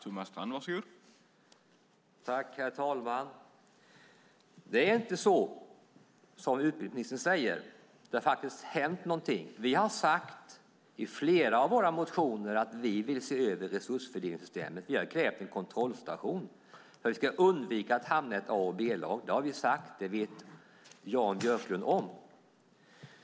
Herr talman! Det är inte som utbildningsministern säger. Det har faktiskt hänt någonting. Vi har sagt i flera av våra motioner att vi vill se över resursfördelningssystemet. Vi har krävt en kontrollstation för att vi ska undvika att hamna i ett A och ett B-lag. Det har vi sagt, och det vet Jan Björklund.